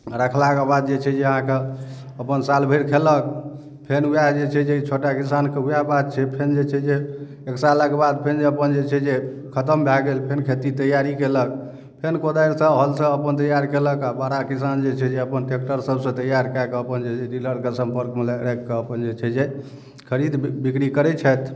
रखला के बाद जे छै जे अहाँके अपन साल भरि खेलक फेर वएह जे छै जे छोटा किसान के वएह बात छै फेर जे छै जे एक सालक बाद फेर अपन जे छै जे खतम भए गेल फेर खेती तैयारी केलक फेर कोदारि सँ हर सँ अपन तैयार केलक आ बड़ा किसान जे छै जे अपन टेक्टर सब सँ तैयार कए कऽ अपन जे डीलर के सम्पर्क मे राखि कऽ अपन जे छै जे खरीद बिक्री करै छथि